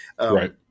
Right